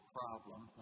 problem